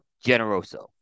Generoso